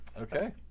Okay